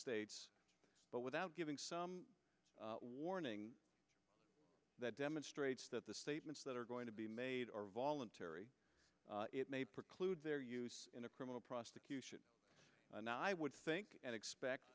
states but without giving some warning that demonstrates that the statements that are going to be made are voluntary it may preclude their use in a criminal prosecution and i would think and expect